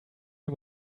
you